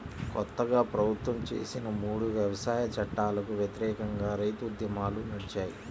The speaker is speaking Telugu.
కొత్తగా ప్రభుత్వం చేసిన మూడు వ్యవసాయ చట్టాలకు వ్యతిరేకంగా రైతు ఉద్యమాలు నడిచాయి